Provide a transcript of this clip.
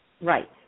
Right